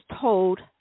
told